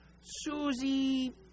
Susie